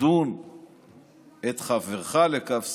דן את חברך לכף זכות.